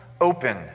open